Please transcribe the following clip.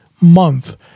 month